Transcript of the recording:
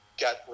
Got